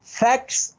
facts